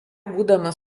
būdamas